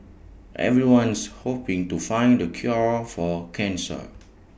everyone's hoping to find the cure for cancer